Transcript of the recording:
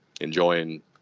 enjoying